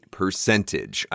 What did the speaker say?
percentage